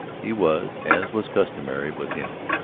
he was, as was customary with him,